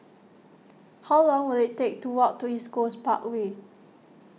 how long will it take to walk to East Coast Parkway